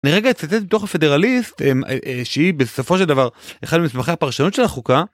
לרגע אצטט בתוך הפדרליסט, שהיא בסופו של דבר אחד ממסמכי הפרשנות של החוקה.